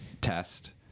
test